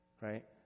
Right